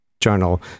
journal